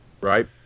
Right